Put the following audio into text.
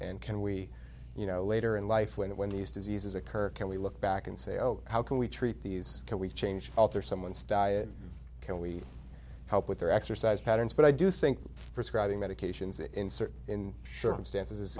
and can we you know later in life when it when these diseases occur can we look back and say oh how can we treat these can we change alter someone's diet can we help with their exercise patterns but i do think prescribing medications insert in sherman stance i